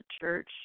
church